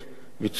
מצרים,